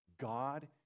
God